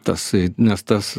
tas nes tas